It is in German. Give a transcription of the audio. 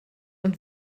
und